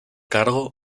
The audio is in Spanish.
cargo